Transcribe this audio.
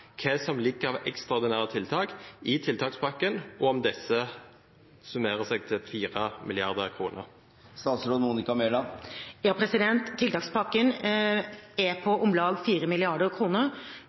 hva som ligger av ekstraordinære tiltak i tiltakspakken, og om disse summerer seg til